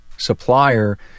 supplier